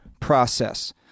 process